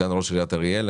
סגן ראש עיריית אריאל.